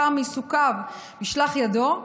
מטעם עיסוקיו ומשלח ידו,